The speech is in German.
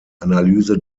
analyse